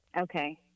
okay